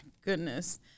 goodness